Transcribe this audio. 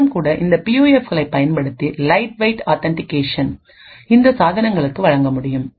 ஆயினும்கூட இந்த பியூஎஃப்களை பயன்படுத்தி லைட் வெயிட் ஆத்தன்டிகேஷன் இந்த சாதனங்களுக்கு வழங்க முடியும்